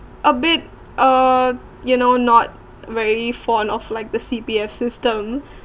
a big uh you know not very fond of like the C_P_F system